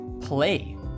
play